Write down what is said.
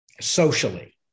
Socially